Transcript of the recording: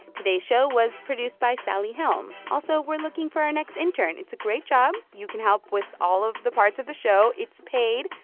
today's show was produced by sally helm. also, we're looking for our next intern. it's a great job. you can help with all of the parts of the show. it's paid,